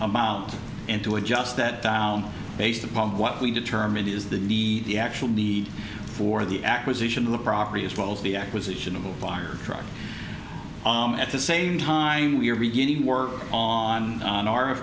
amount and to adjust that down based upon what we determined is the need the actual need for the acquisition of the property as well as the acquisition of a fire truck at the same time we are beginning work on an